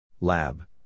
Lab